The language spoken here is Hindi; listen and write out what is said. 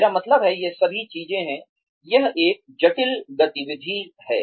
मेरा मतलब है ये सभी चीजें हैं यह एक जटिल गतिविधि है